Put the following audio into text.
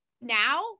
now